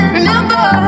Remember